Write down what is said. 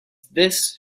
this